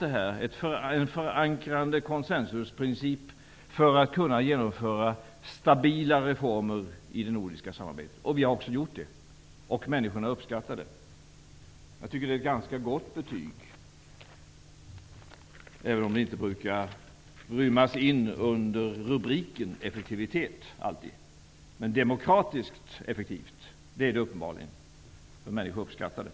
Men vi har ändå valt en förankrande koncensusprincip för att kunna genomföra stabila reformer i det nordiska samarbetet, vilket vi också har gjort. Människorna uppskattar det. Jag tycker att det är ett ganska gott betyg, även om det inte alltid brukar inrymmas under rubriken effektivitet. Men demokratiskt effektivt är det uppenbarligen, eftersom människor uppskattar det.